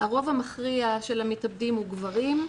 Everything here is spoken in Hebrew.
הרוב המכריע של המתאבדים הוא גברים,